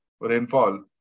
rainfall